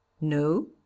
no